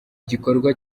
gikorwa